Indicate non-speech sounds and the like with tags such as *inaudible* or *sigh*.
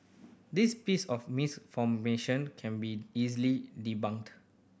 this piece of *unintelligible* can be easily debunked